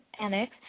annex